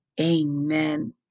amen